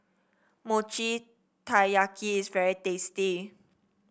Mochi Taiyaki is very tasty